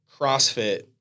CrossFit